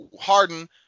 Harden